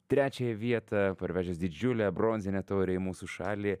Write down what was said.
trečiąją vietą parvežęs didžiulę bronzinę taurę į mūsų šalį